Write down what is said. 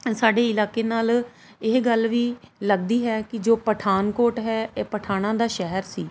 ਸਾਡੇ ਇਲਾਕੇ ਨਾਲ ਇਹ ਗੱਲ ਵੀ ਲੱਗਦੀ ਹੈ ਕਿ ਜੋ ਪਠਾਨਕੋਟ ਹੈ ਇਹ ਪਠਾਣਾਂ ਦਾ ਸ਼ਹਿਰ ਸੀ